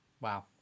Wow